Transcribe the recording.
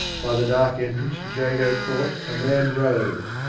by the dark entrance to jago court a man rose,